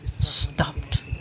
Stopped